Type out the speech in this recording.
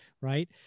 right